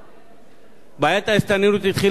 בעיית ההסתננות התחילה לפני כשבע שנים.